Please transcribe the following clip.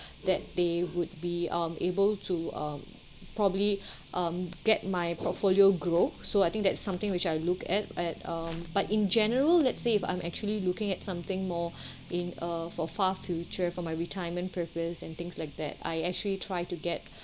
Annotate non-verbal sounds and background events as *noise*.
that they would be um able to um probably *breath* um get my portfolio grow so I think that's something which I look at at um but in general let's say if I'm actually looking at something more *breath* in uh for far future for my retirement purpose and things like that I actually tried to get *breath*